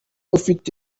ufite